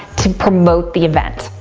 to promote the event.